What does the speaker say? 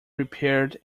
repaired